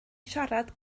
siarad